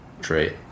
trait